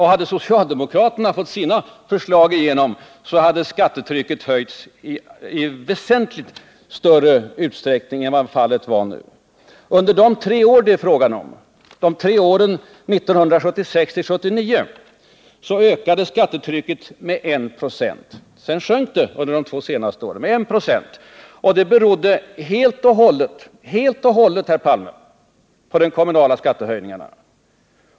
Hade socialdemokraterna fått igenom sina förslag, hade skattetrycket höjts i väsentligt större utsträckning än vad fallet nu blivit. Under de år det är fråga om ökade skattetrycket med 1 96 — under de två senaste åren har det sedan sjunkit med 1 926 — och ökningen berodde helt och hållet, herr Palme, på de kommunala skattehöjningarna.